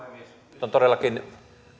nyt on todellakin